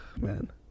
man